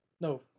No